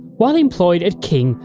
while employed at king,